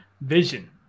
Vision